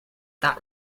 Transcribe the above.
that